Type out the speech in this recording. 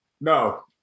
No